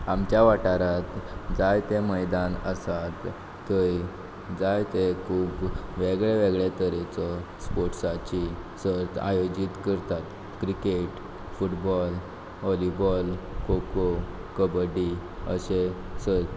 आमच्या वाठारांत जायते मैदान आसात थंय जायते खूब वेगळे वेगळे तरेचो स्पोर्ट्साची सर्त आयोजीत करतात cricket football volleyball kho kho kabaddi अशे सर्त